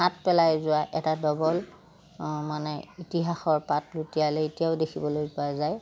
শাঁত পেলাই যোৱা এটা ডবল মানে ইতিহাসৰ পাত লুটিয়ালে এতিয়াও দেখিবলৈ পোৱা যায়